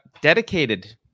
dedicated